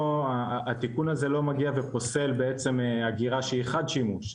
התיקון הזה לא מגיע ופוסל בעצם אגירה שהיא חד-שימוש,